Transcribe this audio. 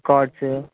records